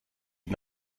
die